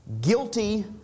Guilty